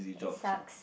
it sucks